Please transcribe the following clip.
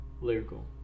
lyrical